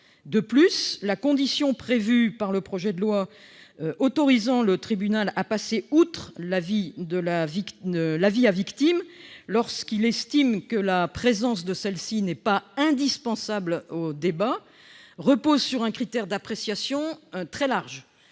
De plus, la condition prévue par le projet de loi autorisant le tribunal a passé outre l'avis à victime lorsqu'il estime que la présence de celle-ci n'est pas indispensable au débat repose sur un critère d'appréciation très large,